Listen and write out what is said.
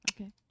Okay